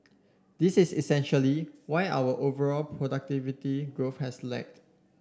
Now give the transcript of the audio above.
this is essentially why our overall productivity growth has lagged